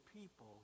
people